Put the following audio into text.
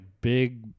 big